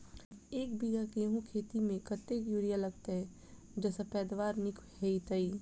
एक बीघा गेंहूँ खेती मे कतेक यूरिया लागतै जयसँ पैदावार नीक हेतइ?